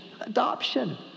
adoption